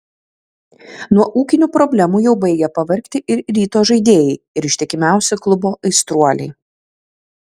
nuo ūkinių problemų jau baigia pavargti ir ryto žaidėjai ir ištikimiausi klubo aistruoliai